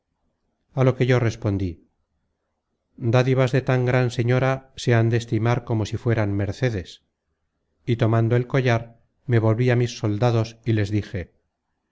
a lo que yo respondí dádivas de tan gran señora se han de estimar como si fuesen mercedes y tomando el collar me volví á mis soldados y les dije